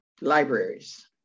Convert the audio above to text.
libraries